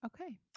Okay